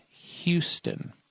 Houston